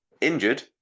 injured